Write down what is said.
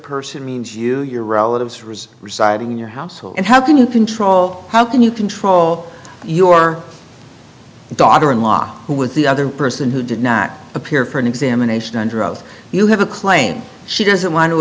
person means you your relatives risk residing in your household and how can you control how can you control your daughter in law who was the other person who did not appear for an examination under oath you have a claim she doesn't want to